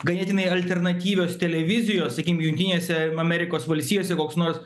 ganėtinai alternatyvios televizijos sakykim jungtinėse amerikos valstijose koks nors